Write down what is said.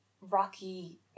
rocky